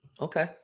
okay